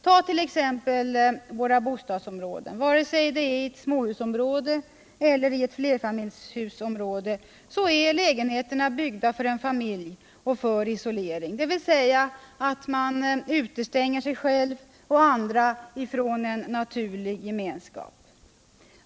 Ta som exempel våra bostadsområden! Vare sig det gäller ett småhusområde eller ett flerfamiljshusområde så är lägenheterna byggda för familjer och för isolering, dvs. man utestänger sig själv och andra från en naturlig gemenskap.